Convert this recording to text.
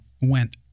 went